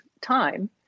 time